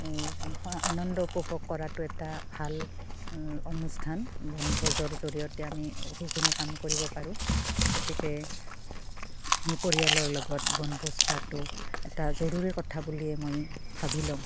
এই আনন্দ উপভোগ কৰাটো এটা ভাল অনুষ্ঠান বনভোজৰ জৰিয়তে আমি সেইখিনি কাম কৰিব পাৰোঁ গতিকে আমি পৰিয়ালৰ লগত বনভোজ খোৱাটো এটা জৰুৰী কথা বুলিয়েই মই ভাবি ল'ম